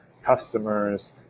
customers